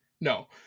No